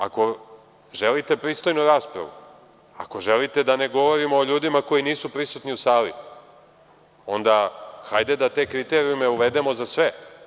Ako želite pristojnu raspravu, ako želite da ne govorimo o ljudima koji nisu prisutni u sali, onda hajde da te kriterijume uvedemo za sve.